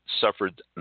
suffered